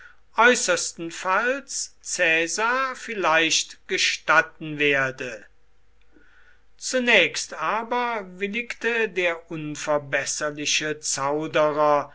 äußersten falls caesar vielleicht gestatten werde zunächst aber willigte der unverbesserliche zauderer